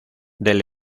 del